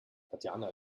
tatjana